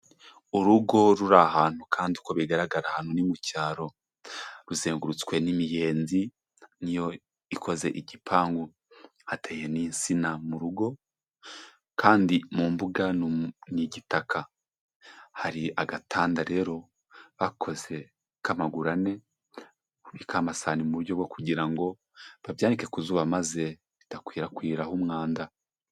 Urugo ruri ahantu kandi uko bigaragara ahantu ni mu cyaro. Ruzengurutswe n'imiyenzi, ni yo ikoze igipangu, hateye n'insina mu rugo, kandi mu mbuga ni igitaka. Hari agatanda rero bakoze k'amaguru ane, bubikaho amasani mu buryo bwo kugira ngo babyanike kuzuba maze ridakwirakwiraraho umwanda.